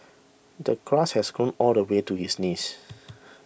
the grass has grown all the way to his knees